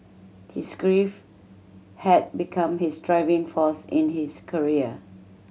his grief had become his driving force in his career